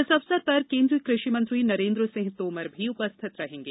इस अवसर पर केंद्रीय कृषि मंत्री नरेंद्र सिंह तोमर भी उपस्थित रहेंगे